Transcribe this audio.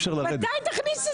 מתי תביא את